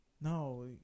No